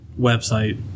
website